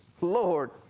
Lord